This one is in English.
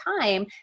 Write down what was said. time